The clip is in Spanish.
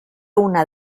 una